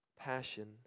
Passion